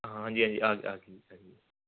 ਹਾਂਜੀ ਹਾਂਜੀ ਆਕੇ ਆਕੇ